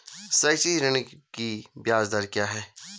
शैक्षिक ऋण की ब्याज दर क्या है?